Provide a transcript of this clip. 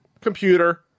computer